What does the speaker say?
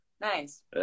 Nice